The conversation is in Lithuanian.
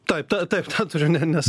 tai tą taip turiu ne nes